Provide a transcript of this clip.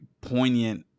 poignant